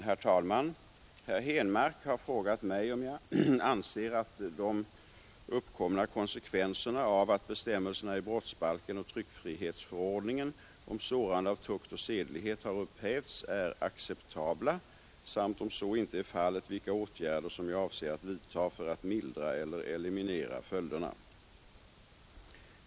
Herr talman! Herr Henmark har frågat mig om jag anser att de uppkomna konsekvenserna av att bestämmelserna i brottsbalken och tryckfrihetsförordningen om sårande av tukt och sedlighet har upphävts är acceptabla samt, om så inte är fallet, vilka åtgärder som jag avser att vidta för att mildra eller eliminera följderna.